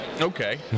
okay